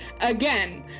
again